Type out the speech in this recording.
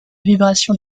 vibration